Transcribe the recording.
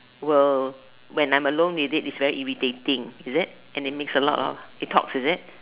will when I'm alone with it it's very irritating is it and it makes a lot of it talks is it